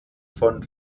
von